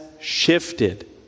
shifted